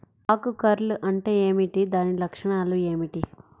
ఆకు కర్ల్ అంటే ఏమిటి? దాని లక్షణాలు ఏమిటి?